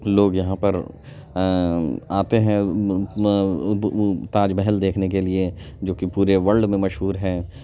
لوگ یہاں پر آتے ہیں تاج محل دیکھنے کے لیے جو کہ پورے ورلڈ میں مشہور ہے